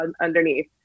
underneath